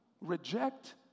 reject